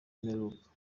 y’imperuka